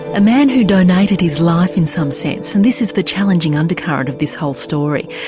a man who donated his life in some sense, and this is the challenging undercurrent of this whole story,